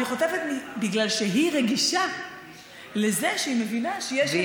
אני חוטפת בגלל שהיא רגישה לזה שהיא מבינה שיש ילדים,